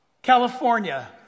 California